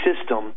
system